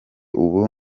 ubu